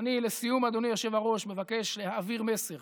ואני, לסיום, אדוני היושב-ראש, מבקש להעביר מסר